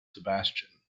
sebastian